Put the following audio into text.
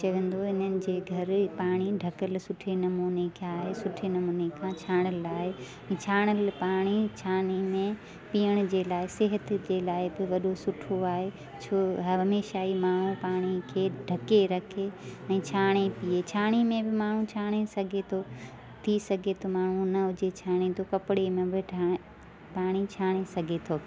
चवंदो हिननि जे घर पाणी ढकियलु सुठे नमूने आहे सुठे नमूने खां छाणियल आहे इहा छाणियल पाणी छाणी में पीअण जे लाइ सेहत जे लाए बि वॾो सुठो आहे छो हमेशह ई माण्हू पाणी केर ढके रखे ऐं छाणे पीए छाणी में बि माण्हू छाड़े सघे थो थी सघे थो माण्हू न हुजे त माण्हू कपिड़े में बि ठाहे पाणी छाणे सघे थो